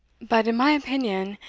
but, in my opinion,